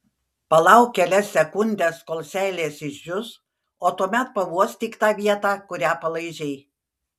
palauk kelias sekundes kol seilės išdžius o tuomet pauostyk tą vietą kurią palaižei